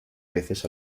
veces